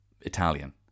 Italian